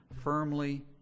firmly